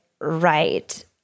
right